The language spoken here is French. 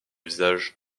visages